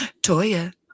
Toya